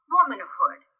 womanhood